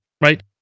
right